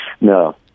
No